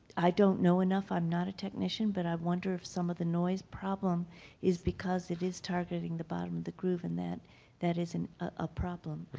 i don't know enough. i'm not a technician. but i wonder if some of the noise problem is because it is targeting the bottom of the groove and that that is and a problem.